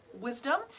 wisdom